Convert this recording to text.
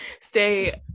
stay